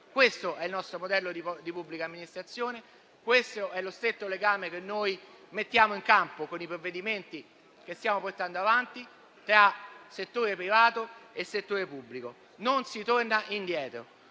Questo è il nostro modello di pubblica amministrazione. Questo è lo stretto legame che mettiamo in campo con i provvedimenti che stiamo portando avanti tra settore privato e settore pubblico. Non si torna indietro: